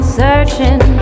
searching